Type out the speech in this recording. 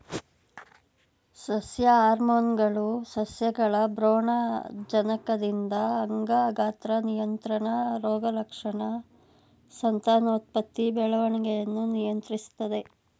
ಸಸ್ಯ ಹಾರ್ಮೋನ್ಗಳು ಸಸ್ಯಗಳ ಭ್ರೂಣಜನಕದಿಂದ ಅಂಗ ಗಾತ್ರ ನಿಯಂತ್ರಣ ರೋಗಲಕ್ಷಣ ಸಂತಾನೋತ್ಪತ್ತಿ ಬೆಳವಣಿಗೆಯನ್ನು ನಿಯಂತ್ರಿಸ್ತದೆ